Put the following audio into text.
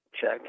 check